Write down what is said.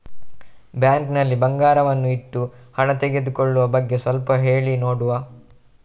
Bank ನಲ್ಲಿ ಬಂಗಾರವನ್ನು ಇಟ್ಟು ಹಣ ತೆಗೆದುಕೊಳ್ಳುವ ಬಗ್ಗೆ ಸ್ವಲ್ಪ ಹೇಳಿ ನೋಡುವ?